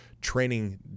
training